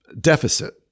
deficit